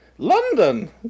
London